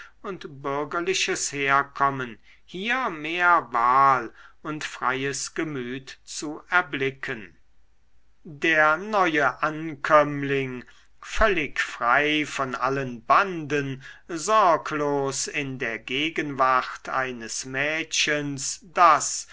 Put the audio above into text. bürgerliches herkommen hier mehr wahl und freies gemüt zu erblicken der neue ankömmling völlig frei von allen banden sorglos in der gegenwart eines mädchens das